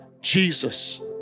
Jesus